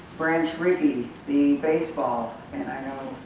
branch rickey, the baseball and i know,